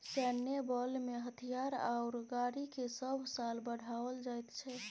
सैन्य बलमें हथियार आओर गाड़ीकेँ सभ साल बढ़ाओल जाइत छै